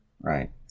right